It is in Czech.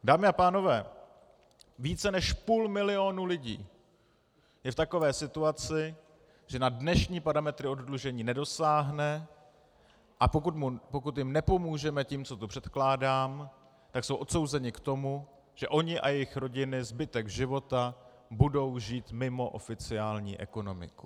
Dámy a pánové, více než půl milionu lidí je v takové situaci, že na dnešní parametry oddlužení nedosáhne, a pokud jim nepomůžeme tím, co tu předkládám, tak jsou odsouzeni k tomu, že oni a jejich rodiny zbytek života budou žít mimo oficiální ekonomiku.